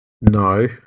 No